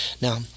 now